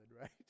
right